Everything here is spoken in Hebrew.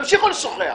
תמשיכו לשוחח.